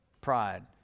pride